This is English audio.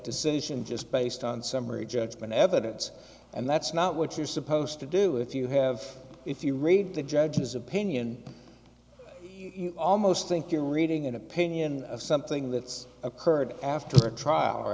decision just based on summary judgment evidence and that's not what you're supposed to do if you have if you read the judge's opinion you almost think you're reading an opinion of something that's occurred after a trial or